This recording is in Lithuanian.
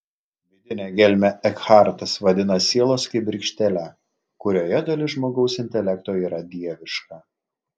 vidinę gelmę ekhartas vadina sielos kibirkštėle kurioje dalis žmogaus intelekto yra dieviška